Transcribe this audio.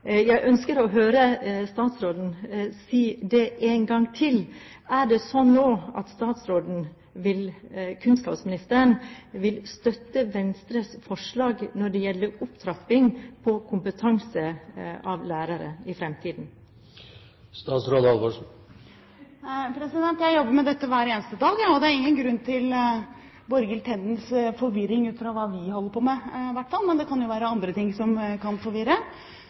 Jeg ønsker å høre statsråden si det en gang til. Er det nå sånn at kunnskapsministeren vil støtte Venstres forslag når det gjelder opptrapping av kompetansen blant lærerne i fremtiden? Jeg jobber med dette hver eneste dag. Det er ingen grunn til Borghild Tendens forvirring ut fra hva vi holder på med i hvert fall, men det kan jo være andre ting som kan forvirre.